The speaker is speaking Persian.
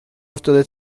افتاده